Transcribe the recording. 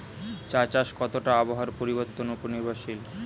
চা চাষ কতটা আবহাওয়ার পরিবর্তন উপর নির্ভরশীল?